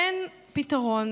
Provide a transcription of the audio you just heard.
אין פתרון.